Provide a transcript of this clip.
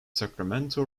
sacramento